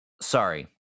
sorry